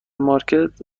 مارکت